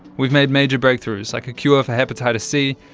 we've made major breakthroughs, like a cure for hepatitis c,